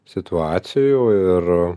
situacijų ir